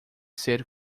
ser